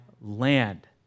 land